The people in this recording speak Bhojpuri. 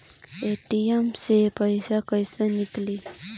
ए.टी.एम से पइसा कइसे निकली?